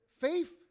faith